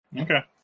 Okay